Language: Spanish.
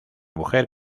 mujer